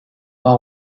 part